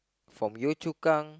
from Yio-Chu-Kang